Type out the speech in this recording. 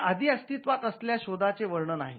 हे आधी अस्तित्वात असलेल्या शोधाचे वर्णन आहे